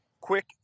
quick